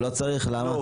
למה לא?